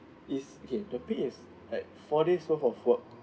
is okay the pay is like four days worth of work